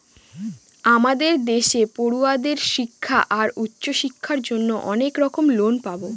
আমাদের দেশে পড়ুয়াদের শিক্ষা আর উচ্চশিক্ষার জন্য অনেক রকম লোন পাবো